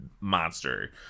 monster